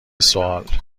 سوال